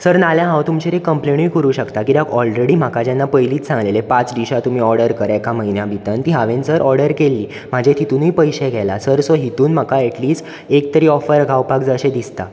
sir नाजाल्यार हांव तुमचेर एक कंप्लेनूय करूंक शकता कित्याक ऑलरेडी म्हाका जेन्ना पयलीच सांगलेलें पांच डिशां तुमी ऑर्डर करात एका म्हयन्या भितर तीं हांवेंन जर ऑर्डर केलीं म्हाजे तितुनूय पयशे गेला सर सो हितूंत म्हाका एट्लीस्ट एक तरी ऑफर गावपाक जाय अशें दिसता